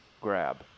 grab